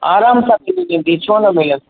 आरामु सां मिली वेंदी छो न मिलंदी